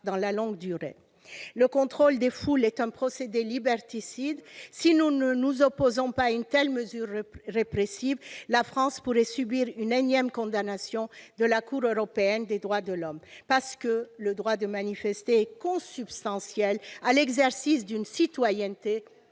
dans la rue. Le contrôle des foules est un procédé liberticide. Si nous ne nous opposons pas à une telle mesure répressive, la France pourrait subir une énième condamnation de la Cour européenne des droits de l'homme. Parce que le droit de manifester est consubstantiel à l'exercice d'une citoyenneté